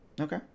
Okay